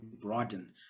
broaden